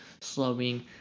slowing